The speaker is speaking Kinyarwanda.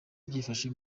byifashe